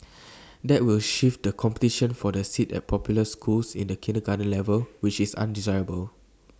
that will shift the competition for A seat at popular schools to the kindergarten level which is undesirable